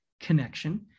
connection